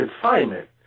confinement